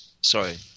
sorry